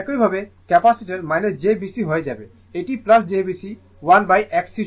একইভাবে capacitor j B C হয়ে যাবে এটি j B C 1XC সমান